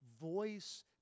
voice